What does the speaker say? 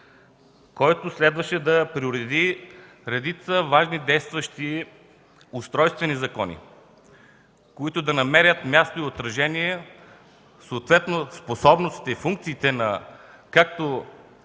Той следваше да пререди редица важни действащи устройствени закони, в които да намерят място и отражение съответно способностите и функциите,